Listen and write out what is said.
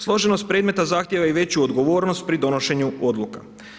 Složenost predmeta zahtjeva i veću odgovornost pri donošenju odluka.